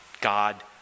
God